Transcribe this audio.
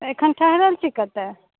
तऽ एखन ठहरल छी कतय